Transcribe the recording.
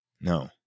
No